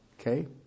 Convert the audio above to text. okay